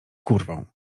kurwą